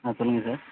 ஆ சொல்லுங்கள் சார்